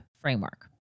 framework